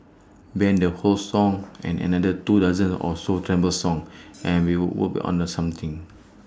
ban the whole song and another two dozen or so terrible songs and we'll would be on the something